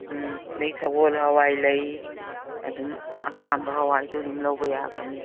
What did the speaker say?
ꯎꯝ ꯑꯗꯒꯤ ꯁꯒꯣꯜ ꯍꯋꯥꯏ ꯂꯩ ꯑꯗꯨꯝ ꯑꯄꯥꯝꯕ ꯍꯋꯥꯏꯗꯨ ꯑꯗꯨꯝ ꯂꯧꯕ ꯌꯥꯒꯅꯤ